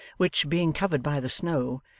which, being covered by the snow,